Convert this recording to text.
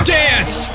dance